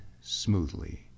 smoothly